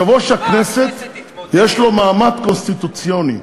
יושב-ראש הכנסת, יש לו מעמד קונסטיטוציוני.